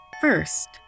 First